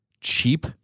cheap